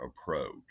approach